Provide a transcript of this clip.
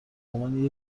عنوان